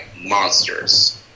monsters